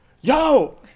yo